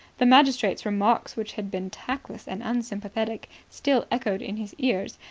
the magistrate's remarks, which had been tactless and unsympathetic, still echoed in his ears.